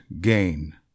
gain